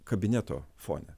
kabineto fone